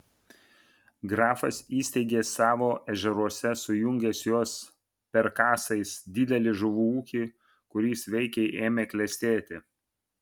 grafas įsteigė savo ežeruose sujungęs juos perkasais didelį žuvų ūkį kuris veikiai ėmė klestėti